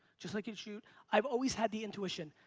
just like you shoot. i've always had the intuition.